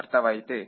ಅರ್ಥವಾಯಿತೆ